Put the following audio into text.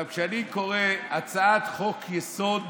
כשאני קורא הצעת חוק-יסוד: